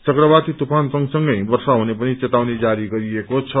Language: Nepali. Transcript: चक्रवाती तूफान संगसंगै वर्षा हुने पनि चेतावनी जारी गरिएको छ